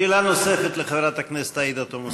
שאלה נוספת לחברת הכנסת עאידה תומא סלימאן.